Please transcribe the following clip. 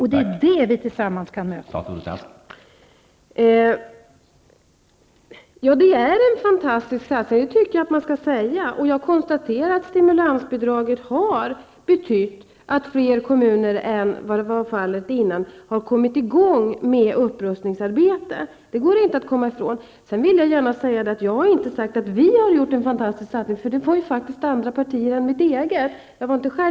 Det är det som vi tillsammans skall försöka möta.